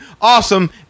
Awesome